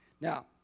Now